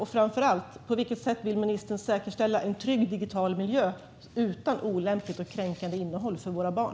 Och framför allt: På vilket sätt vill ministern säkerställa en trygg digital miljö utan olämpligt och kränkande innehåll för våra barn?